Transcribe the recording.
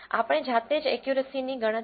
આપણે જાતે જ એકયુરસીની ગણતરી કરી છે